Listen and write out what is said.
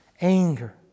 anger